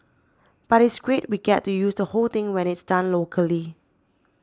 but it's great we get to use the whole thing when it's done locally